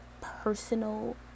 personal